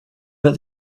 but